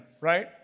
right